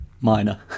Minor